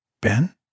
Ben